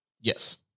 Yes